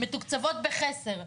מתוקצבות בחסר,